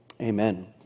amen